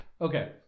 Okay